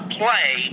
play